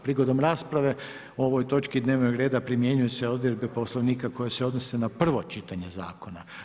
Prigodom rasprave o ovoj točki dnevnog reda primjenjuju se odredbe Poslovnika koje se odnose na prvo čitanje zakona.